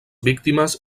víctimes